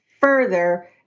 further